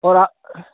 اور آ